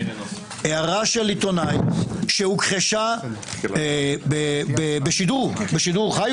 הערה של עיתונאי שהוכחשה בשידור, אולי בשידור חי,